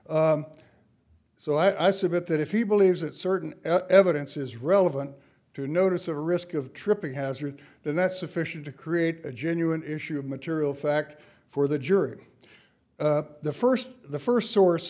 here so i submit that if he believes that certain evidence is relevant to notice a risk of tripping hazard then that's sufficient to create a genuine issue of material fact for the jury the first the first source